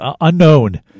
unknown